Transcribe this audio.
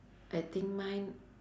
I think mine